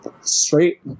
straight